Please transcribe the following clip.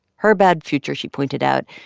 her bad future, she pointed out,